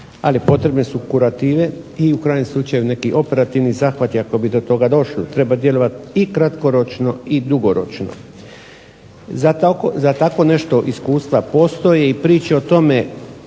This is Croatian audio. ali potrebne su kurative i u krajnjem slučaju neki operativni zahvat i ako bi do toga došli. Treba djelovati i kratkoročno i dugoročno. Za tako nešto iskustva postoje i priče o tome